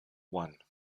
one